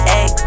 egg